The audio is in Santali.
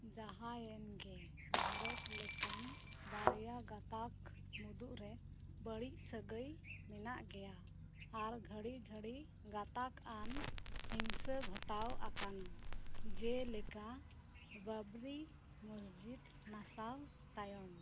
ᱡᱟᱦᱟᱸᱭᱮᱱ ᱜᱮ ᱵᱷᱟᱨᱚᱛ ᱞᱮᱠᱟᱱ ᱵᱟᱨᱭᱟ ᱜᱟᱛᱟᱠ ᱢᱤᱫᱩᱜ ᱨᱮ ᱵᱟᱹᱲᱤᱡ ᱥᱟᱹᱜᱟᱹᱭ ᱢᱮᱱᱟᱜ ᱜᱮᱭᱟ ᱟᱨ ᱜᱷᱟᱲᱤᱼᱜᱷᱟᱲᱤ ᱜᱟᱛᱟᱠᱟᱱ ᱦᱤᱝᱥᱟᱹ ᱜᱷᱚᱴᱟᱣ ᱟᱠᱟᱱᱟ ᱡᱮᱞᱮᱠᱟ ᱵᱟᱵᱽᱨᱤ ᱢᱚᱥᱡᱤᱫᱽ ᱱᱟᱥᱟᱣ ᱛᱟᱭᱚᱢ